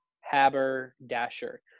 Haberdasher